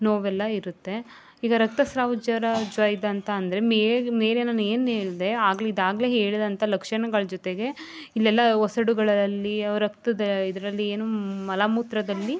ನೋವೆಲ್ಲ ಇರುತ್ತೆ ಈಗ ರಕ್ತಸ್ರಾವ ಜ್ವರ ಜ್ವೈದಂತ ಅಂದರೆ ಮೇಲೆ ನಾನು ಏನು ಹೇಳ್ದೆ ಆಗಲೆ ಇದಾಗಲೆ ಹೇಳಿದಂಥ ಲಕ್ಷಣಗಳ ಜೊತೆಗೆ ಇಲ್ಲೆಲ್ಲ ವಸಡುಗಳಲ್ಲಿ ರಕ್ತದ ಇದರಲ್ಲಿ ಏನು ಮಲ ಮೂತ್ರದಲ್ಲಿ